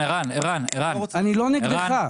אני לא נגדך,